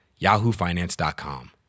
yahoofinance.com